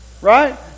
Right